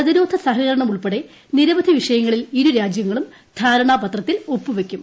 പ്രതിരോധ സഹകരണമുൾപ്പെടെ നിരവധി വിഷയങ്ങളിൽ ഇരു രാജൃങ്ങളും ധാരണാപത്രത്തിൽ ഒപ്പുവയ്ക്കും